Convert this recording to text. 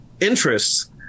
interests